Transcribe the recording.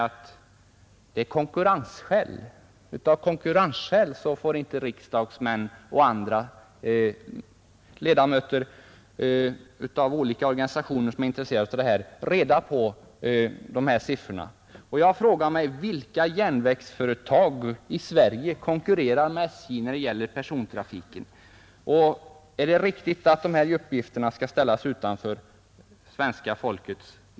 Av konkurrensskäl får alltså inte riksdagsmän och medlemmar av olika organisationer som är intresserade av den här frågan reda på dessa siffror. Jag frågar mig: Vilka järnvägsföretag i Sverige konkurrerar med SJ när det gäller persontrafiken? Och är det riktigt att dessa uppgifter skall undanhållas svenska folket?